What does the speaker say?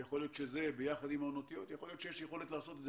יכול להיות שיש יכולת לעשות את זה.